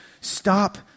stop